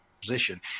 position